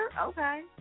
Okay